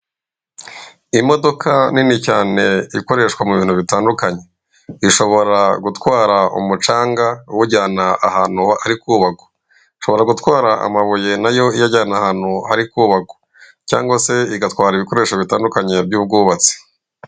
Imodoka nini cyane ikoreshwa mu bintu bitandukanye. ishobora gutwara umucanga iwujyana ahantu hari kubakwa cyangwa ishobora gutwara amabuye na yo iyajyana ahantu hari kubakwa. Cyangwa se igatwara ibikoresho bitandukanye by'ubwubatsi.